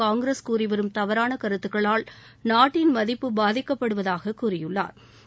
காங்கிரஸ் கூறிவரும் தவறான கருத்துகளால் நாட்டின் மதிப்பு பாதிக்கப்படுவதாக கூறியுள்ளாா்